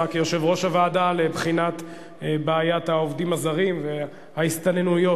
כיושב-ראש הוועדה לבחינת בעיית העובדים הזרים וההסתננויות.